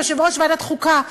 יושב-ראש ועדת חוקה,